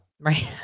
right